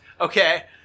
okay